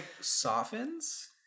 softens